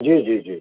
जी जी जी